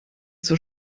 zur